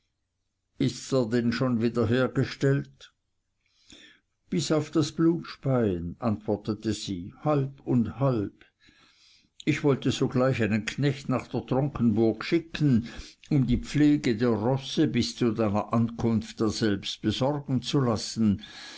ist er denn schon wiederhergestellt bis auf das blutspeien antwortete sie halb und halb ich wollte sogleich einen knecht nach der tronkenburg schicken um die pflege der rosse bis zu deiner ankunft daselbst besorgen zu lassen